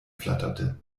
flatterte